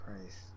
Christ